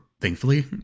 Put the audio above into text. Thankfully